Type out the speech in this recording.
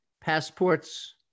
passports